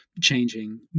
changing